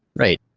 right.